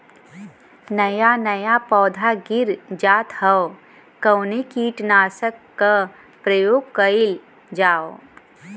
नया नया पौधा गिर जात हव कवने कीट नाशक क प्रयोग कइल जाव?